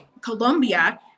Colombia